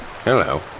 Hello